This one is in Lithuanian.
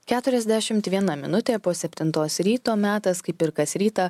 keturiasdešimt viena minutė po septintos ryto metas kaip ir kas rytą